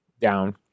down